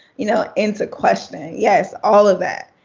you know, into question. yes, all of that.